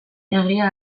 egia